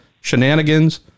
shenanigans